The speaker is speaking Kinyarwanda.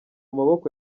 maboko